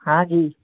हाँ जी